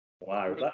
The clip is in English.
wow